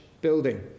building